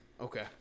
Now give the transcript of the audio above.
Okay